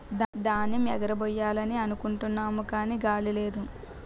ధాన్యేమ్ ఎగరబొయ్యాలనుకుంటున్నాము గాని గాలి లేదు